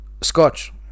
scotch